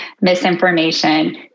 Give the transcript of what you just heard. misinformation